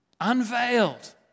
unveiled